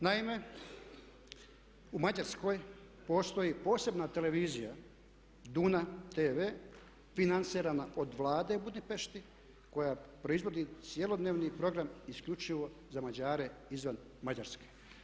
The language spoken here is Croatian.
Naime, u Mađarskoj postoji posebna televizija Duna TV financirana od vlade Budimpešte koja proizvodi cjelodnevni program isključivo za Mađare izvan Mađarske.